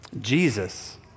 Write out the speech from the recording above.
Jesus